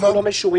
שכבר לא משוריין.